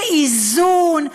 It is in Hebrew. ואיזון,